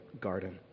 garden